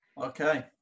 Okay